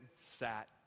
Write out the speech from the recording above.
sat